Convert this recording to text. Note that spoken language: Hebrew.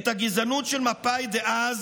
את הגזענות של מפא"י דאז